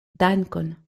dankon